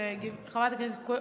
ואני חושבת, חברת הכנסת גוטליב,